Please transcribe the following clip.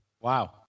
Wow